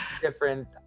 different